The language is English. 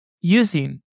using